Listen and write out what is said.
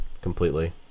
completely